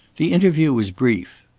the interview was brief.